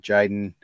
Jaden